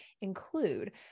include